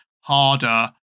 harder